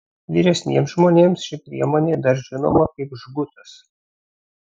vyresniems žmonėms ši priemonė dar žinoma kaip žgutas